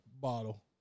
bottle